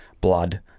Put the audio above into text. blood